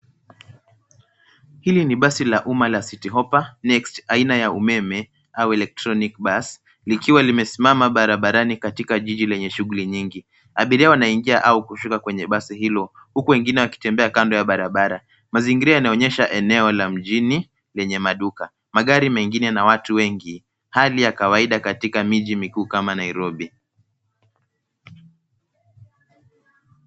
Hili ni basi la umma la city hoppa next aina ya umeme au electronic bus likiwa limesimama barabarani katika jiji lenye shughuli nyingi. Abiria wanaingia au kufika kwenye basi hilo huku wengine wakitembea kando ya barabara. Mazingira yanaonyesha eneo la mjini lenye maduka. Magari mengine na watu wengi hali ya kawaida katika miji mikuu kama Nairobi.